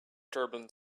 turbans